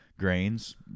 Grains